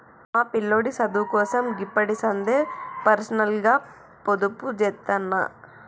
మా పిల్లోడి సదువుకోసం గిప్పడిసందే పర్సనల్గ పొదుపుజేత్తన్న